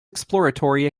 exploratory